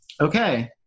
okay